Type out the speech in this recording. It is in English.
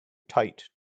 tight